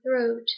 throat